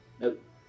Nope